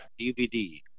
DVD